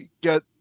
get